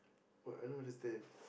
but I don't understand